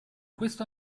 questo